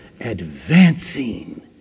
advancing